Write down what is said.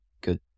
good